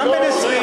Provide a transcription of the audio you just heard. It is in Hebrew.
אדם בן 20,